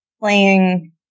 playing